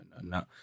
no